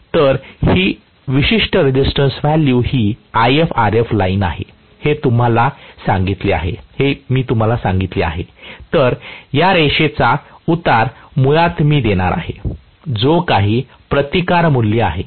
तर ही विशिष्ट रेझिस्टन्स व्हॅल्यू ही IfRf लाइन आहे हे मी तुम्हाला सांगितले आहे तर या रेषेचा उतार मुळात मी देणार आहे जोकाही प्रतिकार मूल्य आहे